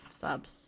subs